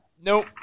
Nope